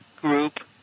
group